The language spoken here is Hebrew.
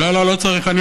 לא, לא, לא צריך.